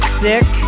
sick